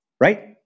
right